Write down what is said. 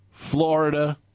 Florida